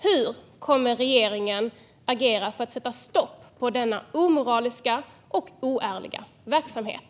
Hur kommer regeringen att agera för att sätta stopp för denna omoraliska och oärliga verksamhet?